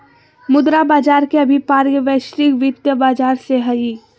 मुद्रा बाज़ार के अभिप्राय वैश्विक वित्तीय बाज़ार से हइ